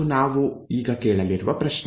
ಅದು ನಾವು ಈಗ ಕೇಳಲಿರುವ ಪ್ರಶ್ನೆ